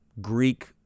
Greek